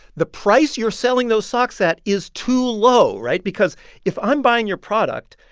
the price you're selling those socks at is too low right? because if i'm buying your product,